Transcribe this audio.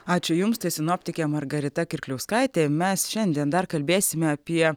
ačiū jums tai sinoptikė margarita kirkliauskaitė mes šiandien dar kalbėsime apie